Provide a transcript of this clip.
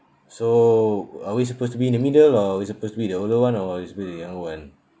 so are we supposed to be in the middle or are we supposed to be the older one or we suppose be the younger one